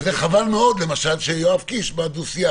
חבל מאוד שיואב קיש בדו-שיח